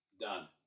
done